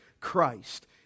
Christ